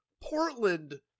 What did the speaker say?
Portland